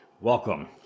Welcome